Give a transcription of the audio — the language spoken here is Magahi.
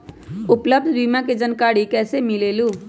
उपलब्ध बीमा के जानकारी कैसे मिलेलु?